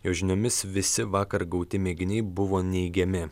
jo žiniomis visi vakar gauti mėginiai buvo neigiami